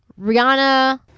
Rihanna